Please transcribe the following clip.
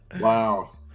Wow